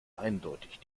eindeutig